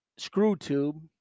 ScrewTube